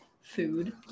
food